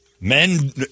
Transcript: Men